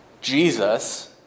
Jesus